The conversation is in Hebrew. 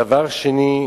דבר שני,